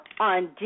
on